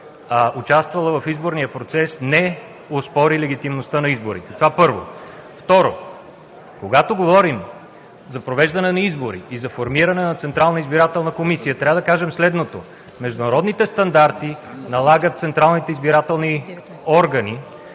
участвала в изборния процес, не оспори легитимността на изборите. Това, първо. Второ, когато говорим за провеждане на избори и за формиране на Централна избирателна комисия, трябва да кажем следното: международните стандарти налагат централните избирателни органи